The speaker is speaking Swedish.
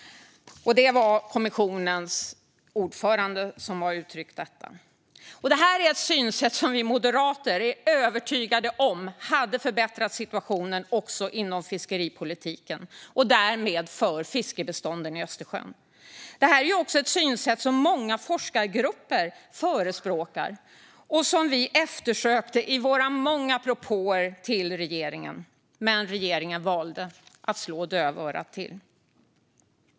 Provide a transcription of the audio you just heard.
Det var så som kommissionens ordförande uttryckte saken. Det här är ett synsätt som vi moderater är övertygade om hade förbättrat situationen också inom fiskeripolitiken och därmed för fiskbestånden i Östersjön. Det är också ett synsätt som många forskargrupper förespråkar och som vi eftersökte i våra många propåer till regeringen, men regeringen valde att slå dövörat till.